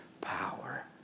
power